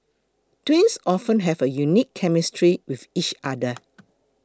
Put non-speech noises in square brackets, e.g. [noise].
twins often have a unique chemistry with each other [noise]